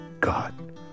God